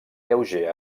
lleuger